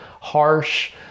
harsh